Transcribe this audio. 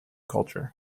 culture